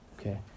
Okay